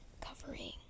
Covering